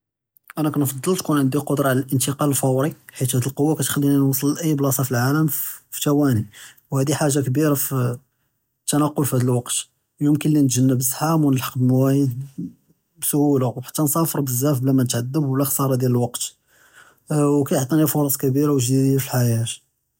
אני כנפצל תכון ענדי אלקודרה עלא אלאינטقال אלפואי, חית האד אלקוה כתכּליני נוּסל לאיי בלאסה פי אלעאלם פי ת'ואני, האדא חאג׳ה כְּבירה פי אתתנקל פהאד אלווקט, ימקין נתהנב אלזחאם ונטלאח אלמוואעד בקלוה וחתא נסאפר בזאף בלא מאנתעדב ולא כחסארת דיאל אלווקט, וכיעטיני פוראס כְּבירה וחדידה פי אלחיאת.